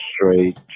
Straight